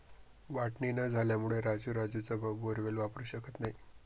वाटणी न झाल्यामुळे राजू राजूचा भाऊ बोअरवेल वापरू शकत नाही